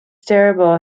terrible